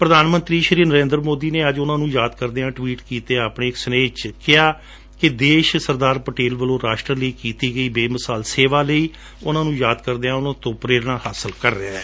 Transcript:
ਪ੍ਰਧਾਨ ਮੰਤਰੀ ਸ਼੍ਰੀ ਨਰਿੰਦਰ ਮੋਦੀ ਨੇ ਅੱਜ ਉਨ੍ਹਾਂ ਨੂੰ ਯਾਦ ਕਰਦਿਆਂ ਟਵੀਟ ਕੀਡੇ ਗਏ ਆਪਣੇ ਇਕ ਸੁਨੇਹੇ ਵਿਚ ਕਿਹਾ ਕਿ ਦੇਸ਼ ਸਰਦਾਰ ਪਟੇਲ ਵੱਲੋਂ ਰਾਸ਼ਟਰ ਲਈ ਕੀਡੀ ਗਈ ਬੇਮਿਸਾਲ ਸੇਵਾ ਲਈ ਉਨ੍ਹਾਂ ਨੂੰ ਯਾਦ ਕਰਦਿਆਂ ਉਨ੍ਹਾਂ ਤੋਂ ਪ੍ਰੇਰਣਾ ਹਾਸਲ ਕਰ ਰਿਹੈ